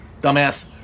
dumbass